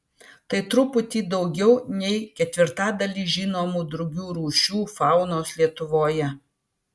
tai truputį daugiau nei ketvirtadalis žinomų drugių rūšių faunos lietuvoje